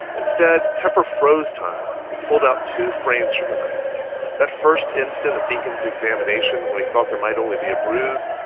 instead, tepper froze time and pulled out two frames from the night that first instant of dinkins examination, when he thought there might only be a bruise,